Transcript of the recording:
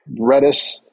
Redis